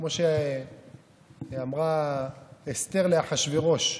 כמו שאמרה אסתר לאחשוורוש: